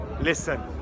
listen